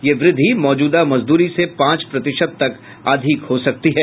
यह वृद्धि मौजूदा मजदूरी से पांच प्रतिशत तक अधिक हो सकती है